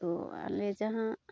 ᱛᱳ ᱟᱞᱮ ᱡᱟᱦᱟᱸ